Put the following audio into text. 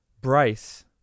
Bryce